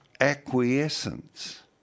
acquiescence